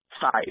five